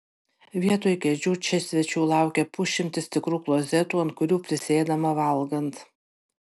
vietoj kėdžių čia svečių laukia pusšimtis tikrų klozetų ant kurių prisėdama valgant